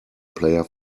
player